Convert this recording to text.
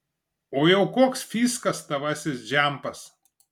o jau koks fyskas tavasis džempas